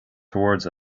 towards